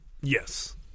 Yes